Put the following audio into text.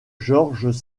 georges